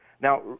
Now